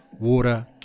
water